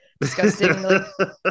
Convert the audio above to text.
disgusting